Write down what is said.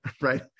right